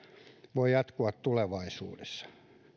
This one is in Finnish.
voi jatkua tulevaisuudessa